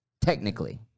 technically